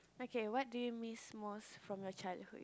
okay what do you miss most from your childhood